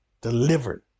delivered